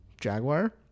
Jaguar